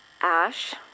Ash